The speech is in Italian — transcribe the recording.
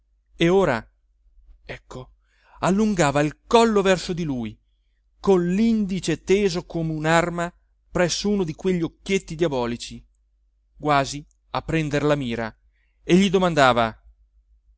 e ora ecco allungava il collo verso di lui con lindice teso come unarma presso uno di quegli occhietti diabolici quasi a prender la mira e gli domandava